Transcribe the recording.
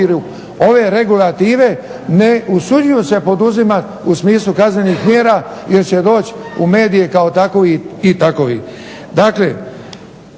ove regulative ne usuđuju se poduzimati u smislu kaznenih mjera jer će doći u medije kao takovi i takovi. Dakle,